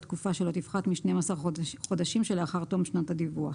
לתקופה שלא תפחת משנים עשר חודשים שלאחר תום שנת הדיווח.